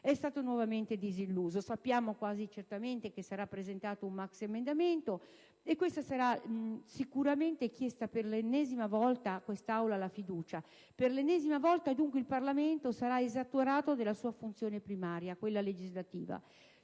è stato nuovamente disilluso. Sappiamo, infatti, che quasi certamente sarà presentato un maxiemendamento e che sicuramente verrà chiesta per l'ennesima volta a quest'Aula la fiducia. Per l'ennesima volta, dunque, il Parlamento sarà esautorato dalla sua funzione primaria, quella legislativa.